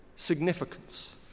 Significance